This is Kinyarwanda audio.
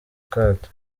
kato